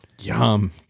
Yum